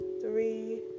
three